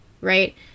right